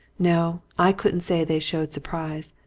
no, i couldn't say they showed surprise,